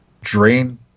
drain